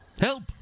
Help